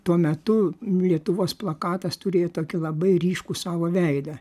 tuo metu lietuvos plakatas turėjo tokį labai ryškų savo veidą